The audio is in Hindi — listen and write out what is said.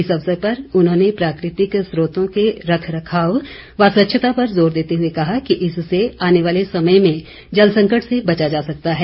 इस अवसर पर उन्होंने प्राकृतिक स्रोतों के रख रखाव व स्वच्छता पर ज़ोर देते हुए कहा कि इससे आने वाले समय में जल संकट से बचा जा सकता है